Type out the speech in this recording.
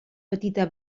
petita